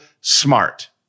smart